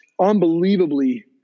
unbelievably